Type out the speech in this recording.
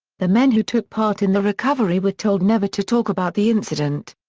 the men who took part in the recovery were told never to talk about the incident.